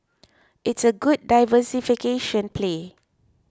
it's a good diversification play